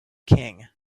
king